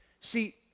See